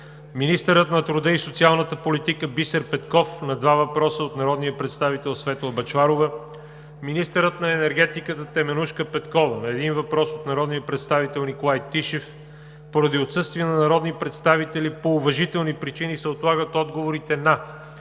министърът на труда и социалната политика Бисер Петков на два въпроса от народния представител Светла Бъчварова; - министърът на енергетиката Теменужка Петкова на един въпрос от народния представител Николай Тишев. Поради отсъствие на народни представители по уважителни причини се отлагат отговорите на